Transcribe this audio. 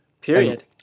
Period